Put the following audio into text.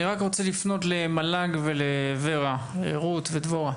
אני רק רוצה לפנות למל"ג ו-ור"ה - רות ודבורה.